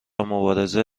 مبارزه